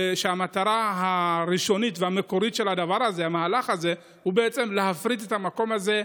והמטרה הראשונית והמקורית של המהלך הזה היא בעצם להפריט את המקום הזה,